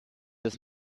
des